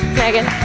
megan.